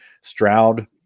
Stroud